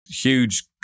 huge